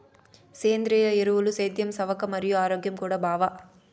సేంద్రియ ఎరువులు సేద్యం సవక మరియు ఆరోగ్యం కూడా బావ